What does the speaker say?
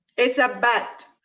it's a bat.